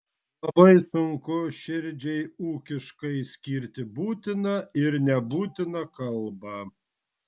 labai sunku širdžiai ūkiškai skirti būtiną ir nebūtiną kalbą